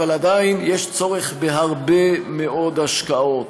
אבל עדיין יש צורך בהרבה מאוד השקעות,